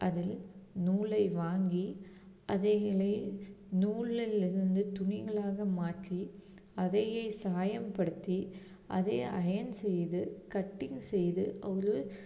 அதில் நூலை வாங்கி அதைகளை நூலில் இருந்து துணிகளாக மாற்றி அதையை சாயம் படுத்தி அதை அயர்ன் செய்து கட்டிங் செய்து ஒரு